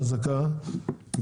חזקה,